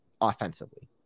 offensively